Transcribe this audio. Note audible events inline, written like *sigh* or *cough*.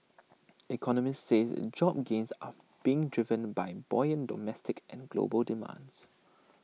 *noise* economists say job gains *noise* are being driven by buoyant domestic and global demands